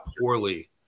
poorly